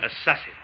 Assassin